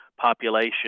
population